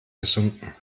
gesunken